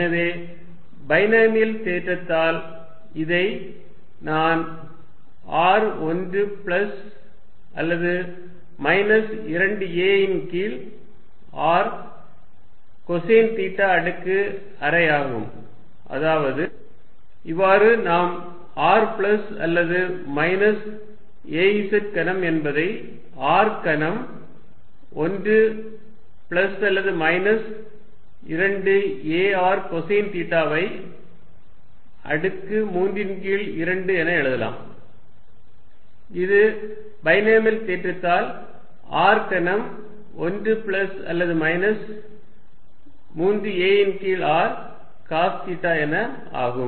எனவே பைனோமியல் தேற்றத்தால் இதை நான் r 1 பிளஸ் அல்லது மைனஸ் 2 a ன் கீழ் r கொசைன் தீட்டா அடுக்கு அரையாகும் அதாவது raz≅r1±2arcosθ12 இவ்வாறு நாம் r பிளஸ் அல்லது மைனஸ் a z கனம் என்பதை r கனம் 1 பிளஸ் அல்லது மைனஸ் 2 a r கொசைன் தீட்டாவை அடுக்கு 3 ன் கீழ் 2 என எழுதலாம் இது பைனோமியல் தேற்றத்தால் r கனம் 1 பிளஸ் அல்லது மைனஸ் 3 a ன் கீழ் r காஸ் தீட்டா என ஆகும்